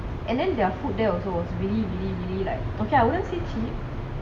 and then their food there was really really like okay lah I wouldn't say cheap